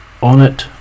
Onit